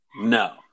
No